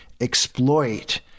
exploit